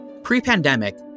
Pre-pandemic